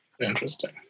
Interesting